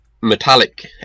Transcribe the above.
metallic